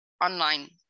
online